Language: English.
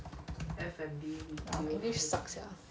our english sucks eh